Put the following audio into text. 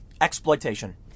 Exploitation